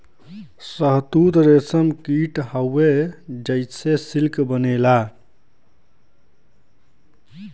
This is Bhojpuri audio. शहतूत रेशम कीट हउवे जेसे सिल्क बनेला